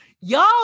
y'all